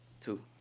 Two